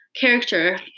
character